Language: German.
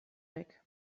weg